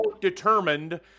determined